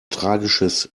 tragisches